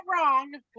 wrong